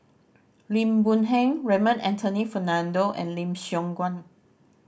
Lim Boon Heng Raymond Anthony Fernando and Lim Siong Guan